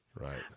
Right